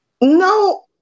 No